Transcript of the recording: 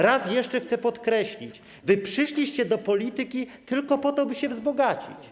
Raz jeszcze chcę podkreślić, że przyszliście do polityki tylko po to, aby się wzbogacić.